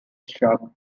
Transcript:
shrub